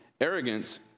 arrogance